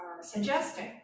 suggesting